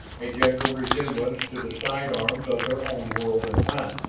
a general resemblance to the sidearms of their own world and time,